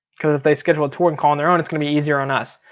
cause if they schedule a tour and call on their own it's gonna be easier on us.